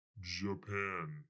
Japan